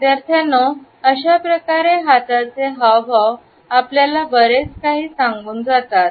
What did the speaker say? विद्यार्थ्यांनो अशाप्रकारे हाताचे हावभाव आपल्याला बरेच काही सांगून जातात